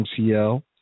MCL